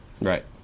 Right